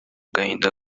gahinda